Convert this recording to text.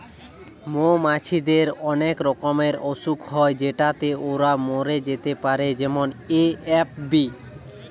মৌমাছিদের অনেক রকমের অসুখ হয় যেটাতে ওরা মরে যেতে পারে যেমন এ.এফ.বি